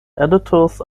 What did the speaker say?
editors